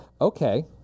Okay